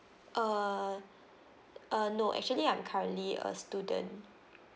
uh uh no actually I'm currently a student